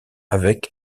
avec